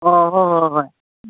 ꯑꯣ ꯍꯣꯏ ꯍꯣꯏ ꯍꯣꯏ